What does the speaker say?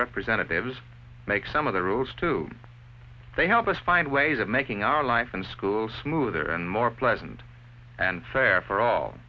representatives make some of the rules too they help us find ways of making our life and schools smoother and more pleasant and fair for all